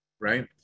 Right